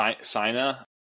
Sina